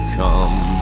come